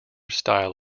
style